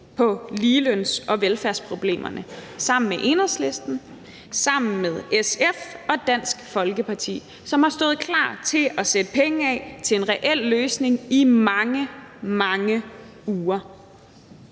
på ligeløns- og velfærdsproblemerne sammen med Enhedslisten, sammen med SF og Dansk Folkeparti, som har stået klar til at sætte penge af til en reel løsning i mange, mange uger.